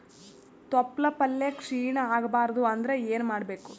ತೊಪ್ಲಪಲ್ಯ ಕ್ಷೀಣ ಆಗಬಾರದು ಅಂದ್ರ ಏನ ಮಾಡಬೇಕು?